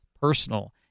personal